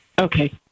Okay